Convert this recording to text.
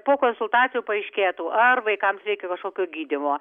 po konsultacijų paaiškėtų ar vaikams reikia kažkokio gydymo